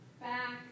back